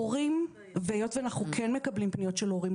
אנחנו מקבלים פניות של הורים,